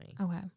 okay